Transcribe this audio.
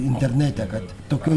internete kad tokioj